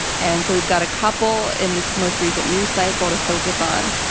and so, we've got a couple in this most recent news cycle to focus on,